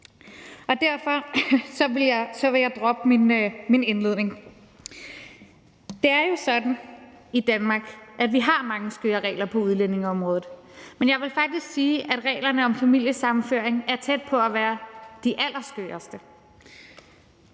Derfor vil jeg droppe min indledning. Det er jo sådan, at vi i Danmark har mange skøre regler på udlændingeområdet, men jeg vil faktisk sige, at reglerne om familiesammenføring er tæt på at være de allerskøreste.